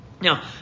Now